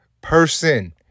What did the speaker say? person